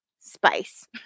spice